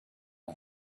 and